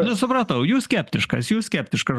nu supratau jūs skeptiškas jūs skeptiškas